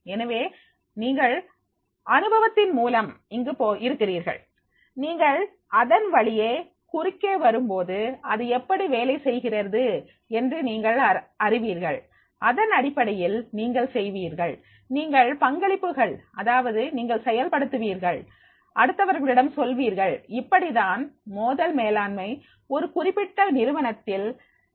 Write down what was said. எனவே நீங்கள் அனுபவத்தின் மூலம் இங்கு இருக்கிறீர்கள்நீங்கள் அதன் அதன்வழியே குறுக்கே வரும் போது அது எப்படி வேலை செய்கிறது என்று நீங்கள் அறிவீர்கள் அதனடிப்படையில் நீங்கள் செய்வீர்கள் நீங்கள் பங்களிப்புகள் அதாவது நீங்கள் செயல்படுத்துவீர்கள் அடுத்தவர்களிடம் சொல்லுவீர்கள் இப்படித்தான் மோதல் மேலாண்மை ஒரு குறிப்பிட்ட நிறுவனத்தில்வேலை செய்கிறது